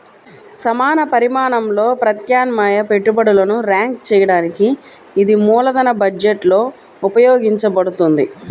సమాన పరిమాణంలో ప్రత్యామ్నాయ పెట్టుబడులను ర్యాంక్ చేయడానికి ఇది మూలధన బడ్జెట్లో ఉపయోగించబడుతుంది